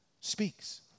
speaks